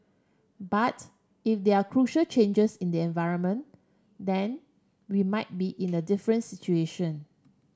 but if there are crucial changes in the environment then we might be in a different situation